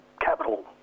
capital